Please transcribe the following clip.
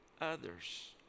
others